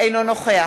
אינו נוכח